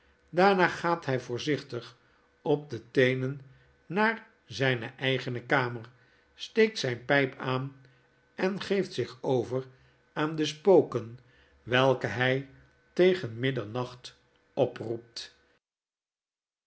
daarna gaat hij voorzichtig op de teenennaar zijne eigene kamer steekt zijn pijp aan en geeft zich over aan de spoken welke hij tegen middernacht oproept